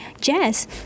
jazz